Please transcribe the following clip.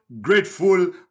grateful